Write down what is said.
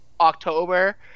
October